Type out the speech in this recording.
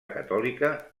catòlica